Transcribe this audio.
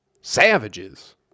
savages